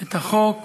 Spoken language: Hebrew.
את החוק,